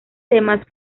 temas